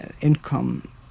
income